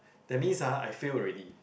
that means ah I fail already